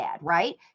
right